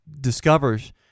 discovers